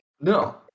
No